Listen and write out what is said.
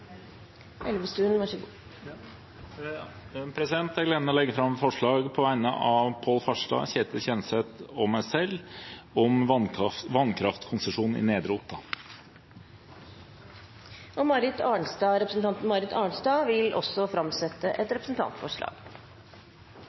Jeg har gleden av å legge fram forslag på vegne av stortingsrepresentantene Pål Farstad, Ketil Kjenseth og meg selv om vannkraftkonsesjon i Nedre Otta. Representanten Marit Arnstad vil framsette et representantforslag. På vegne av stortingsrepresentantene Heidi Greni, Janne Sjelmo Nordås og meg sjøl vil jeg framsette